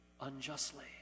unjustly